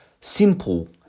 simple